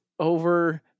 over